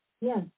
Yes